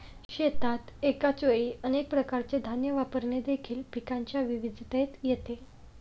शेतात एकाच वेळी अनेक प्रकारचे धान्य वापरणे देखील पिकांच्या विविधतेत येते